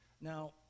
Now